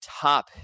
top